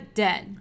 dead